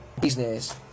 business